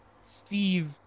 Steve